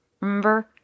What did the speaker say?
remember